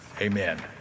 Amen